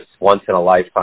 once-in-a-lifetime